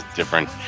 different